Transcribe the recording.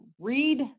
read